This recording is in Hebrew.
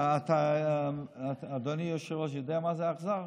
אתה, אדוני יושב-ראש, אתה יודע מה זה אכזר?